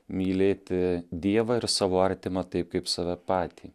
mylėti dievą ir savo artimą taip kaip save patį